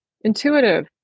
intuitive